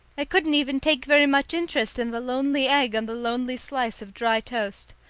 i couldn't even take very much interest in the lonely egg on the lonely slice of dry toast.